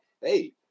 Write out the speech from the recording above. hey